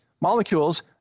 molecules